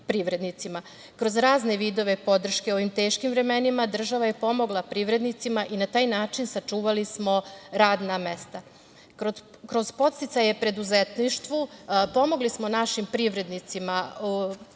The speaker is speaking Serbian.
Kroz razne vidove podrške u ovim teškim vremenima država je pomogla privrednicima i na taj način sačuvali smo radna mesta. Kroz podsticaje preduzetništvu pomogli smo našim privrednicima,